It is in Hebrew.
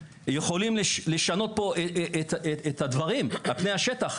יכולים לשנות פה את הדברים על פני השטח.